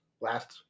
last